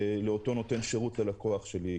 לאותו בנק שנותן שירות ללקוח שלי.